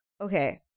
okay